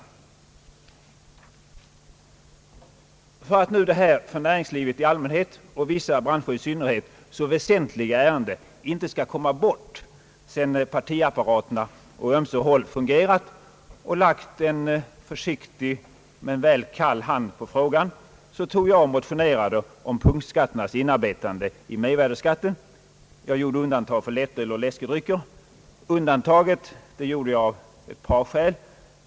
För att detta för näringslivet i allmänhet och vissa branscher i synnerhet så väsentliga ärende inte skall komma bort, sedan partiapparaterna å ömse håll har fungerat och lagt en försiktig men väl kall hand på frågan, motionerade jag om punktskatternas inarbetande i mervärdeskatten. Jag gjorde undantag för lättöl och läskedrycker. Detta undantag gjorde jag av ett par skäl.